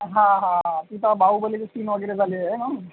हां हां हां तिथं बाहुबलीचे सीन वगैरे झालेले आहे ना